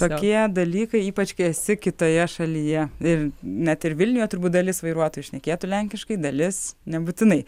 tokie dalykai ypač kai esi kitoje šalyje ir net ir vilniuje turbūt dalis vairuotojų šnekėtų lenkiškai dalis nebūtinai